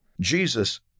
Jesus